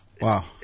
Wow